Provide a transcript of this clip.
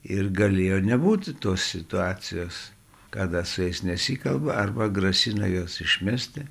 ir galėjo nebūti tos situacijos kada su jais nesikalba arba grasina juos išmesti